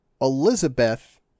Elizabeth